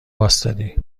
واستادی